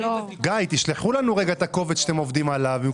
גם